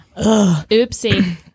Oopsie